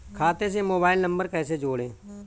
खाते से mobile number कैसे जोड़ें?